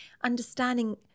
understanding